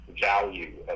value